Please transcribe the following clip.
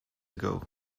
ago